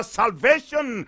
salvation